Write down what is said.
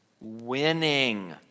winning